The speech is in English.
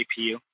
APU